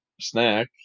snack